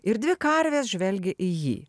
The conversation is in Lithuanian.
ir dvi karvės žvelgia į jį